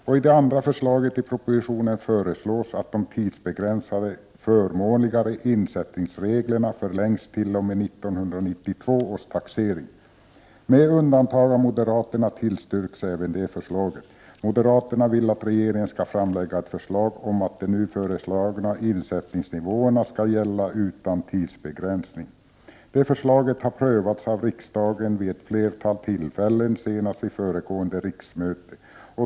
I det andra förslaget i propositionen föreslås att de tidsbegränsade förmånligare insättningsreglerna förlängs t.o.m. 1992 års taxering. Alla utom moderaterna tillstyrker även det förslaget. Moderaterna vill att regeringen skall framlägga ett förslag om att de nu föreslagna insättningsnivåerna skall gälla utan tidsbegränsning. Det förslaget har prövats av riksdagen vid flera tillfällen, senast vid föregående riksmöte.